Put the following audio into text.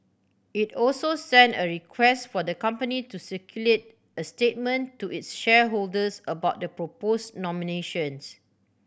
it also sent a request for the company to circulate a statement to its shareholders about the proposed nominations